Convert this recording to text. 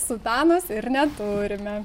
sutanos ir neturime